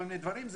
כל מיני דברים,